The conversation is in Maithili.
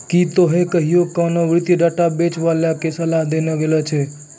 कि तोहें कहियो कोनो वित्तीय डेटा बेचै बाला के सलाह लेने छो?